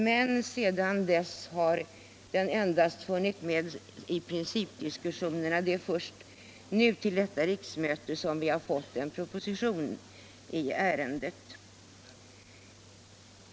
Men sedan dess har förslaget endast funnits med i principdiskussionerna. Det är först till detta riksmöte som vi har fått en proposition i ärendet.